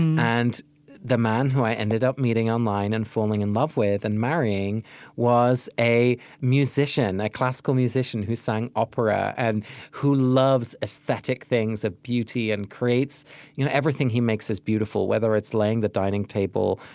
and the man who i ended up meeting online and falling in love with and marrying was a musician, a classical musician who sang opera and who loves aesthetic things of beauty and creates you know everything he makes is beautiful, whether it's laying the dining table,